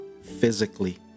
Physically